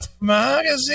Magazine